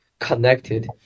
Connected